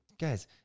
guys